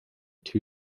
two